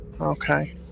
Okay